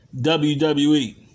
WWE